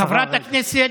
חברת הכנסת,